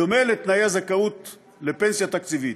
בדומה לתנאי הזכאות לפנסיה תקציבית,